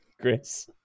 Chris